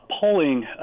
polling